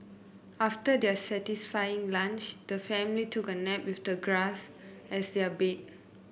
after their satisfying lunch the family took a nap with the grass as their bed